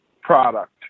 product